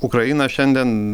ukraina šiandien